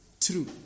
true